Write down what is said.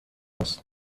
است